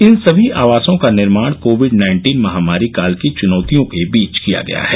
इन सभी आवासों का निर्माण कोविड नाइन्टीन महामारी काल की चुनौतियों के बीच किया गया है